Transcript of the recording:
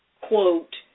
quote